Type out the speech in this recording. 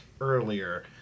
earlier